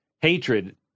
hatred